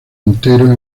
entero